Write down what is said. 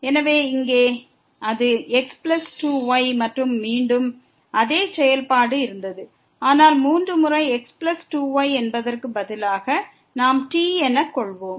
எனவே இங்கே அது x plus 2 y மற்றும் மீண்டும் அதே செயல்பாடு இருந்தது ஆனால் 3 முறை x plus 2 y என்பதற்கு பதிலாக நாம் t என கொள்வோம்